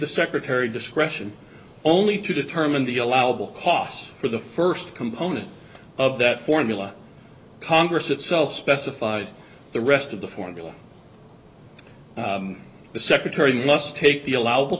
the secretary discretion only to determine the allowable costs for the first component of that formula congress itself specified the rest of the formula the secretary must take the allowable